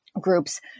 groups